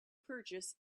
purchase